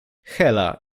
hela